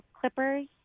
clippers